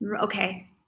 Okay